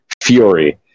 fury